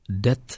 death